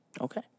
Okay